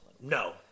No